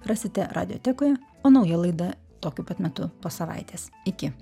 rasite radiotekoje o nauja laida tokiu pat metu po savaitės iki